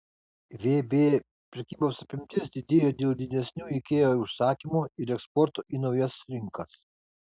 vb prekybos apimtis didėjo dėl didesnių ikea užsakymų ir eksporto į naujas rinkas